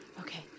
Okay